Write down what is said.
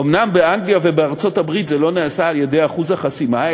אומנם באנגליה ובארצות-הברית זה לא נעשה על-ידי אחוז החסימה,